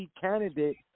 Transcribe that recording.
candidate